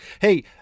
Hey